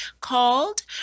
called